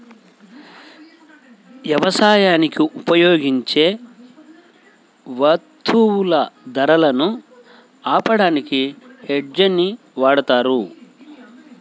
యవసాయానికి ఉపయోగించే వత్తువుల ధరలను ఆపడానికి హెడ్జ్ ని వాడతారు